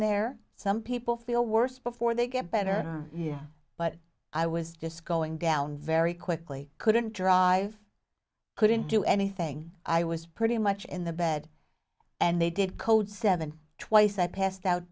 there some people feel worse before they get better yeah but i was just going down very quickly couldn't drive couldn't do anything i was pretty much in the bed and they did code seven twice i passed out